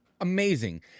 Amazing